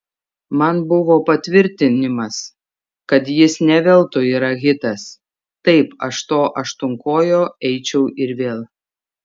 man buvo patvirtinimas kad jis ne veltui yra hitas taip aš to aštuonkojo eičiau ir vėl